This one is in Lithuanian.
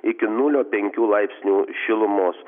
iki nulio penkių laipsnių šilumos